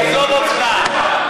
עזוב אותך.